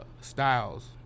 styles